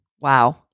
Wow